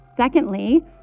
Secondly